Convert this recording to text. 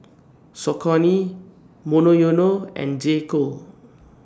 Saucony Monoyono and J Co